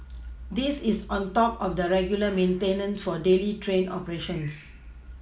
this is on top of the regular maintenance for daily train operations